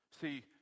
See